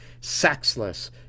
sexless